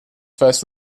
first